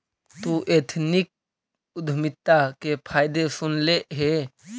तु एथनिक उद्यमिता के फायदे सुनले हे?